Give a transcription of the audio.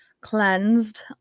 cleansed